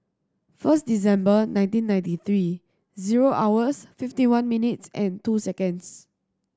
first December nineteen ninety three zero hours fifty one minutes and two seconds